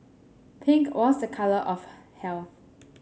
pink was a colour of health